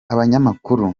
abanyamakuru